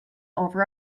over